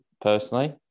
personally